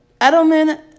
Edelman